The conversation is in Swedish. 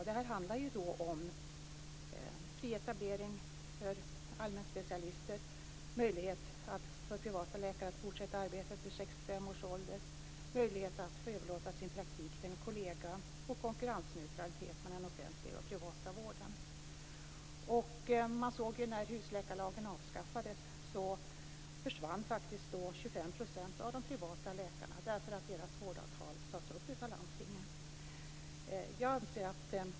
Det handlade om fri etablering för allmänspecialister, möjlighet för privata läkare att fortsätta att arbeta efter 65 års ålder, möjlighet att överlåta sin praktik till en kollega och konkurrensneutralitet mellan den offentliga och privata vården. När husläkarlagen avskaffades försvann 25 % av de privata läkarna därför att deras vårdavtal sades upp av landstingen.